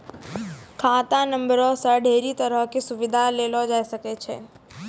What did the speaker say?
खाता नंबरो से ढेरी तरहो के सुविधा लेलो जाय सकै छै